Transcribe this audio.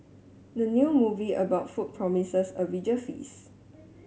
the new movie about food promises a visual feast